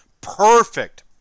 Perfect